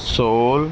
Seoul